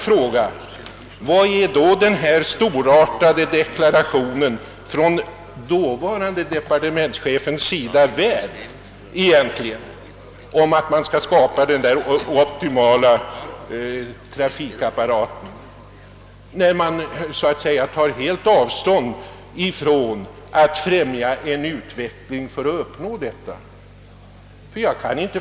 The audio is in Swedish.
Frågan är då var den storartade deklarationen från dåvarande departementschefen om skapandet av den optimala trafikapparaten har för värde när man tar helt avstånd från att främja en utveckling i denna riktning.